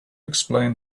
explain